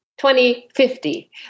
2050